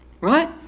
Right